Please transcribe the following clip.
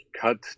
cut